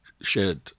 shared